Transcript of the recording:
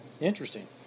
Interesting